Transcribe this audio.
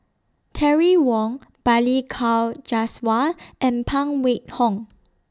Terry Wong Balli Kaur Jaswal and Phan Wait Hong